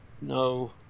no